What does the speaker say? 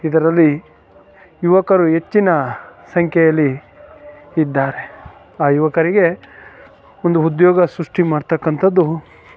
ಇದರಲ್ಲಿ ಯುವಕರು ಹೆಚ್ಚಿನ ಸಂಖ್ಯೆಯಲ್ಲಿ ಇದ್ದಾರೆ ಆ ಯುವಕರಿಗೆ ಒಂದು ಉದ್ಯೋಗ ಸೃಷ್ಟಿ ಮಾಡ್ತಕಂಥದ್ದು